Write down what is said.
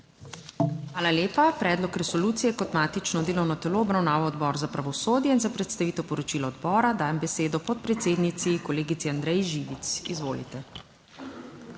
Hvala lepa. Predlog resolucije je kot matično delovno telo obravnaval Odbor za pravosodje in za predstavitev poročila odbora dajem besedo podpredsednici, kolegici Andreji Živic. Izvolite.